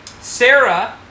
Sarah